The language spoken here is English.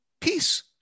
Peace